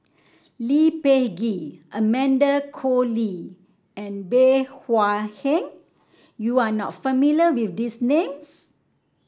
Lee Peh Gee Amanda Koe Lee and Bey Hua Heng you are not familiar with these names